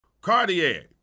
Cartier